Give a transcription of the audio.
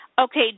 Okay